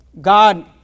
God